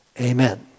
Amen